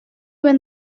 when